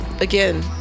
again